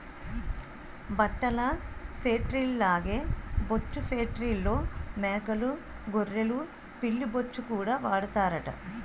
బట్టల ఫేట్రీల్లాగే బొచ్చు ఫేట్రీల్లో మేకలూ గొర్రెలు పిల్లి బొచ్చుకూడా వాడతారట